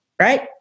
right